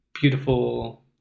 beautiful